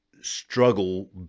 struggle